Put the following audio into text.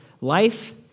Life